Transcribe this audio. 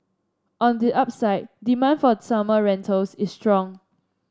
on the upside demand for summer rentals is strong